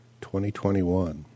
2021